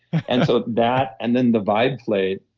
and so that and then the vibe plate,